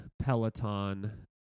Peloton